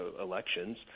elections